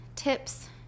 tips